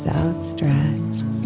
outstretched